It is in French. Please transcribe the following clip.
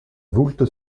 voulte